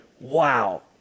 wow